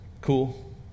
cool